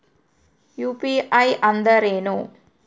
UPI ಅಂದ್ರೇನು?